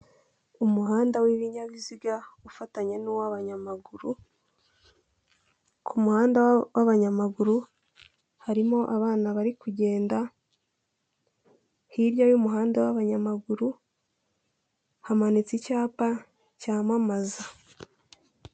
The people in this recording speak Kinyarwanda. Umuhanda w'ibinyabiziga ufatanya n'uw'abanyamaguru ku muhanda w'abanyamaguru harimo abana bari kugenda hirya y'umuhanda w'abanyamaguru hamanitse icyapa cyamamaza.